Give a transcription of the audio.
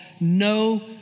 No